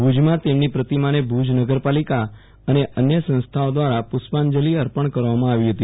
ભુજમાં તેમની પ્રતિમાને ભુજ નગરપલિકા અને અન્ય સંસ્થાઓ દ્રારા પુ ષ્પાંજલી અર્પણ કરવામાં આવી હતી